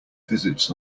visits